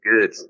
good